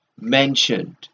mentioned